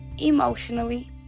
emotionally